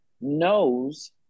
knows